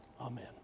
Amen